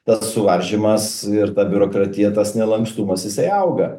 tas suvaržymas ir ta biurokratija tas nelankstumas jisai auga